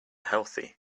healthy